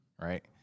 right